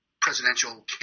presidential